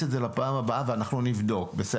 את זה לפעם הבאה ואנחנו נבדוק את זה.